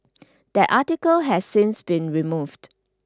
that article has since been removed